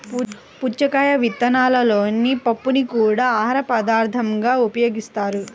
పుచ్చకాయ విత్తనాలలోని పప్పుని కూడా ఆహారపదార్థంగా ఉపయోగిస్తారు